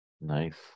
Nice